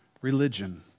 religion